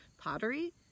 pottery